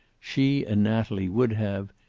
she and natalie would have,